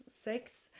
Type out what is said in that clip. six